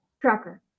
Tracker